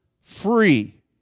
free